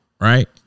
Right